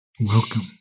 Welcome